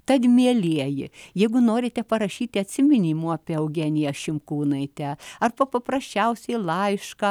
tad mielieji jeigu norite parašyti atsiminimų apie eugeniją šimkūnaitę ar paprasčiausiai laišką